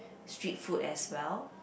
street food as well